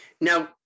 Now